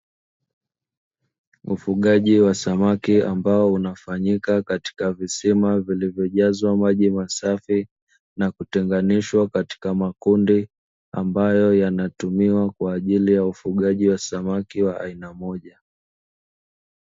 Ufugaji wa samaki ambao unafanyika katika visima vilivyojazwa maji masafi, na kutenganishwa katika makundi ambayo yanatumiwa kwa ajili ya ufugaji wa samaki wa aina moja.